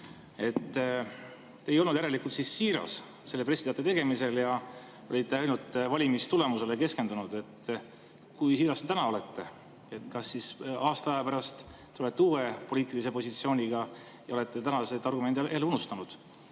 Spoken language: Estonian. Te ei olnud järelikult siiras selle pressiteate tegemisel, olite ainult valimistulemusele keskendunud. Kui siiras te täna olete? Kas siis aasta aja pärast tulete uue poliitilise positsiooniga ja olete tänased argumendid jälle unustanud?